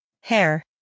hair